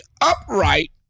upright